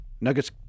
Nuggets